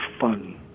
fun